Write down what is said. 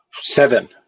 Seven